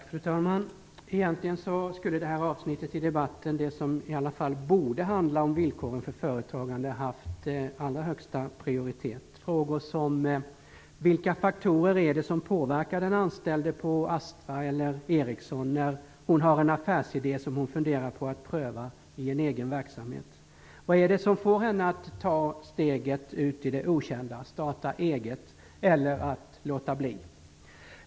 Fru talman! Egentligen skulle det här avsnittet i debatten - det som i alla fall borde handla om villkoren för företagande - haft högsta prioritet. Det gäller frågor som de följande. Vilka faktorer är det som påverkar en anställd på Astra eller Ericsson, när hon har en affärsidé som hon funderar på att pröva i en egen verksamhet? Vad är det som får henne att ta steget ut i det okända och starta eget, eller att låta bli?